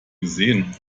gesehen